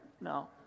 No